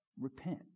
Repent